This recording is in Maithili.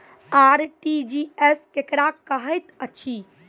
आर.टी.जी.एस केकरा कहैत अछि?